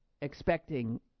expecting